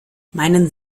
meinen